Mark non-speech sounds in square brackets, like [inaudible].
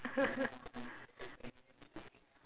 [laughs]